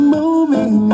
Moving